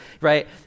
right